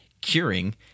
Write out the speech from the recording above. curing